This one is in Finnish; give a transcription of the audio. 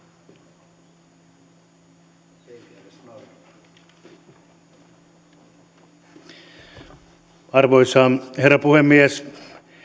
arvoisa herra puhemies